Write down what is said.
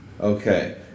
Okay